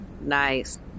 Nice